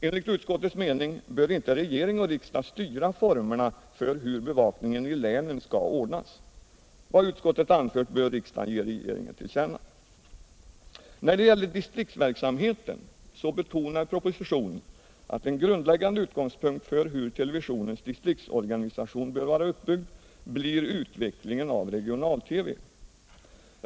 Enligt utskottets mening bör inte regering och riksdag styra formerna för hur bevakningen i länen skall ordnas. Vad utskottet anfört bör riksdagen ge regeringen till känna. När det gäller distriktsverksamheten betonas i propositionen att en grundläggande utgångspunkt för hur televisionens distriktsorganisation bör vara uppbyggd blir utvecklingen av Regional-TV.